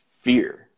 fear